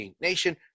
Nation